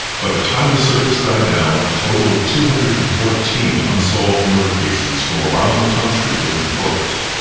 but the time the circus had died down a total of two hundred and fourteen unsolved murder cases from around the country had been closed.